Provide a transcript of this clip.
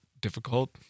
difficult